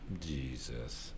Jesus